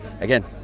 again